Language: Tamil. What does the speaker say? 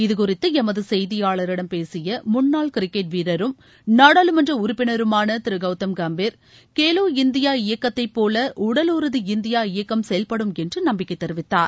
இது குறித்து எமது செய்தியாளரிடம் பேசிய முன்னாள் கிரிக்கெட் வீரரும் நாடாளுமன்ற உறுப்பினருமான திரு கவுதம் கம்பீர் கேலோ இந்தியா இயக்கத்தை போல உடல் உறுதி இந்தியா இயக்கம் செயல்படும் என்று நம்பிக்கை தெரிவித்தார்